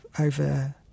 over